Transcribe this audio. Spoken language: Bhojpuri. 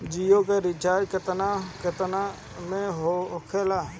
जियो के रिचार्ज केतना केतना के होखे ला?